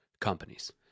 Companies